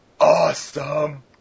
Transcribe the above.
awesome